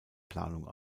planung